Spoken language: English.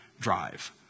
drive